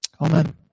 Amen